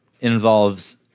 involves